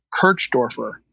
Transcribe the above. Kirchdorfer